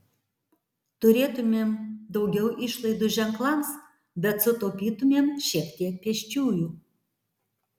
turėtumėm daugiau išlaidų ženklams bet sutaupytumėm šiek tiek pėsčiųjų